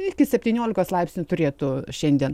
iki septyniolikos laipsnių turėtų šiandien